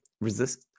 resist